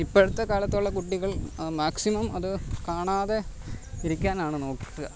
ഇപ്പഴത്തെ കാലത്തുള്ള കുട്ടികൾ മാക്സിമം അത് കാണാതെ ഇരിക്കാനാണ് നോക്കുക